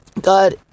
God